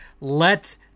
Let